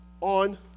on